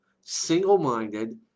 single-minded